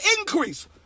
increase